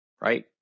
right